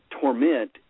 torment